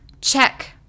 Check